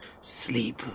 sleep